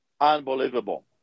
unbelievable